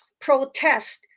protest